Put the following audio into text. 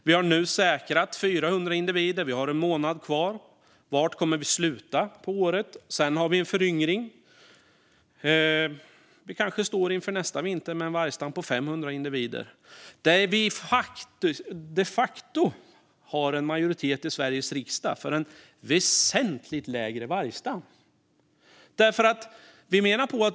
Vi har nu säkrat 400 individer. Vi har en månad kvar. Var kommer vi att sluta för året? Sedan har vi en föryngring. Vi kanske inför nästa vinter står med en vargstam på 500 individer. Vi har de facto en majoritet i Sveriges riksdag för en väsentligt mindre vargstam.